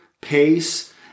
pace